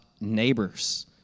neighbors